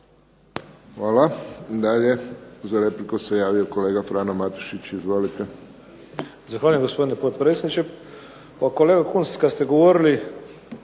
Hvala. Dalje za repliku se javio kolega Frano Matušić. Izvolite. **Matušić, Frano (HDZ)** Zahvaljujem gospodine potpredsjedniče. Pa kolega Kunst kad ste govorili